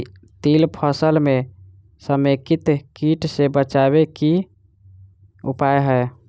तिल फसल म समेकित कीट सँ बचाबै केँ की उपाय हय?